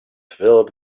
filled